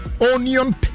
onion